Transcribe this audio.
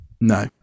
No